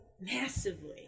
massively